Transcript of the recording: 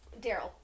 Daryl